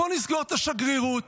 בוא נסגור את השגרירות.